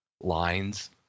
lines